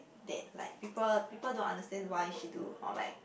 that like people people don't understand why she do or like